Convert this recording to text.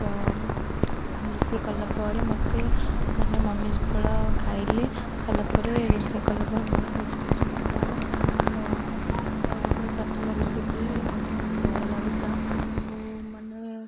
ତ ରୋଷେଇ କଲା ପରେ ମୋତେ ମାନେ ମମି ଯେତେବେଳେ ଖାଇଲେ ଖାଇଲା ପରେ ରୋଷେଇ କଲା ପରେ ବହୁତ ଟେଷ୍ଟ ଟେଷ୍ଟ ବୋଲି କହିଲେ ତ ମୁଁ ଯେତେବେଳେ ପ୍ରଥମେ ରୋଷେଇ କଲି ମୋତେ ବହୁତ ଡର ଲାଗୁଥିଲା ଓ ମାନେ